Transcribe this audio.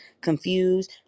confused